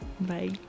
Bye